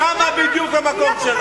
שמה בדיוק המקום שלה.